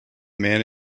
man